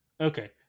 Okay